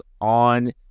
on